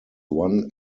one